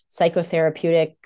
psychotherapeutic